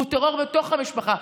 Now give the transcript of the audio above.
זה טרור בתוך המשפחה,